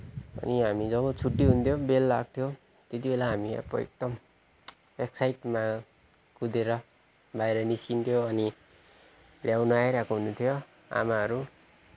अनि हामी जब छुट्टी हुन्थ्यो बेल लाग्थ्यो त्यति बेला हामी अब एकदम एक्साइटमा कुदेर बाहिर निस्किन्थ्यौँ अनि ल्याउन आइरहेको हुनुहुन्थ्यो आमाहरू